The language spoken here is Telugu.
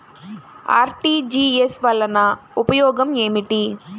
అర్.టీ.జీ.ఎస్ వలన ఉపయోగం ఏమిటీ?